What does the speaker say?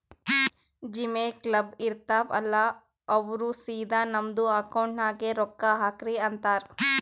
gym, club, ಇರ್ತಾವ್ ಅಲ್ಲಾ ಅವ್ರ ಸಿದಾ ನಮ್ದು ಅಕೌಂಟ್ ನಾಗೆ ರೊಕ್ಕಾ ಹಾಕ್ರಿ ಅಂತಾರ್